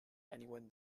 anyone